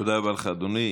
תודה רבה לך, אדוני.